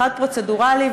אחד פרוצדורלי,